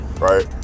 right